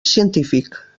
científic